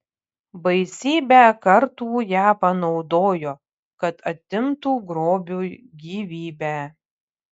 baisybę kartų ją panaudojo kad atimtų grobiui gyvybę